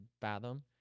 fathom